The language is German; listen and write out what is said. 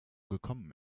gekommen